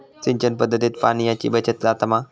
सिंचन पध्दतीत पाणयाची बचत जाता मा?